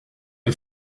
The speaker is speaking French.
les